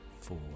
four